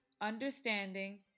understanding